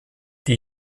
die